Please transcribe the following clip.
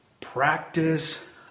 practice